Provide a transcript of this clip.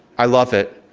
i love it.